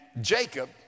Jacob